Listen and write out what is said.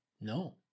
No